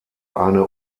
eine